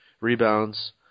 rebounds